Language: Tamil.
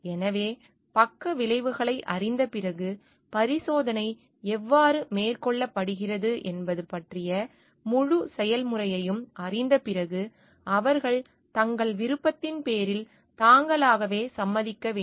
எனவே பக்கவிளைவுகளை அறிந்த பிறகு பரிசோதனை எவ்வாறு மேற்கொள்ளப்படுகிறது என்பது பற்றிய முழு செயல்முறையையும் அறிந்த பிறகு அவர்கள் தங்கள் விருப்பத்தின் பேரில் தாங்களாகவே சம்மதிக்க வேண்டும்